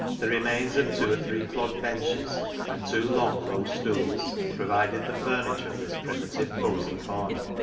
the remains of two or three clog-benches and two long, low stools provided the furniture of this primitive, cosy corner,